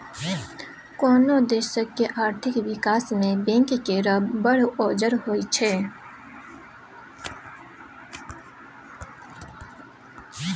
कोनो देशक आर्थिक बिकास मे बैंक केर बड़ मोजर होइ छै